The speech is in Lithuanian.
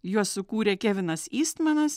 juos sukūrė kevinas ystmanas